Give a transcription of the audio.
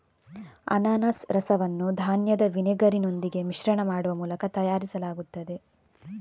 ಅನಾನಸ್ ರಸವನ್ನು ಧಾನ್ಯದ ವಿನೆಗರಿನೊಂದಿಗೆ ಮಿಶ್ರಣ ಮಾಡುವ ಮೂಲಕ ತಯಾರಿಸಲಾಗುತ್ತದೆ